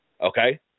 Okay